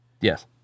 Yes